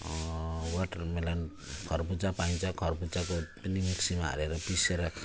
water melon खरबुजा पानी चाहिँ खरबुजाको पनि मिक्सीमा हालेर पिसेर